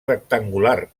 rectangular